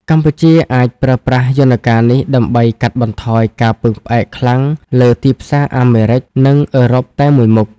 កម្ពុជាអាចប្រើប្រាស់យន្តការនេះដើម្បីកាត់បន្ថយការពឹងផ្អែកខ្លាំងលើទីផ្សារអាមេរិក និងអឺរ៉ុបតែមួយមុខ។